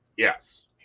Yes